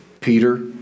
Peter